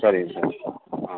சரிங்க சார் ஆ